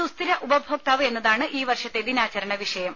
സുസ്ഥിര ഉപഭോക്താവ് എന്നതാണ് ഈ വർഷത്തെ ദിനാചരണ വിഷയം